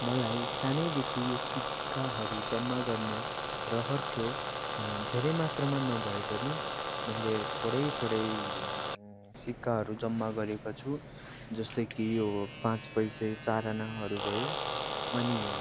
मलाई सानैदेखि यो सिक्काहरू जम्मा गर्ने रहर थियो अनि धेरै मात्रामा नभए पनि मैले थोरै थोरै सिक्काहरू जम्मा गरेको छु जस्तै कि यो पाँच पैसा चारआनाहरू भयो अनि